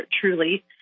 truly